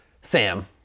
Sam